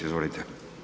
Izvolite.